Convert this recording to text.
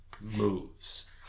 moves